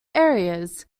areas